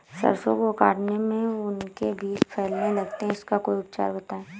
सरसो को काटने में उनके बीज फैलने लगते हैं इसका कोई उपचार बताएं?